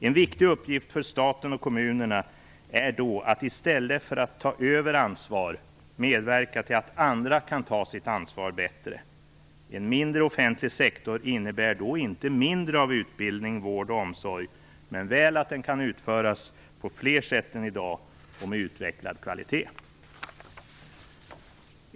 En viktig uppgift för staten och kommunerna är då att i stället för att ta över ansvar medverka till att andra kan ta sitt ansvar bättre. En mindre offentlig sektor innebär då inte mindre av utbildning, vård och omsorg men väl att den kan utföras på flera sätt än i dag och med utvecklad kvalitet.